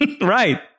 Right